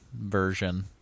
Version